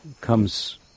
comes